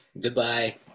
goodbye